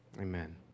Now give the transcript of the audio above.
amen